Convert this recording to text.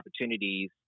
opportunities